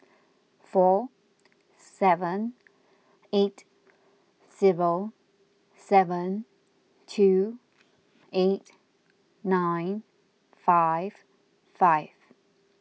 four seven eight zero seven two eight nine five five